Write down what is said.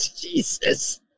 Jesus